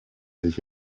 sich